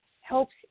helps